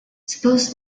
suppose